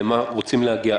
למה אנחנו רוצים להגיע.